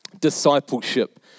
Discipleship